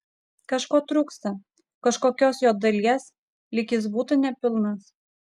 kažko trūksta kažkokios jo dalies lyg jis būtų nepilnas